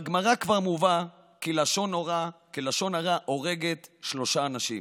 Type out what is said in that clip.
בגמרא כבר מובא כי לשון הרע הורגת שלושה אנשים: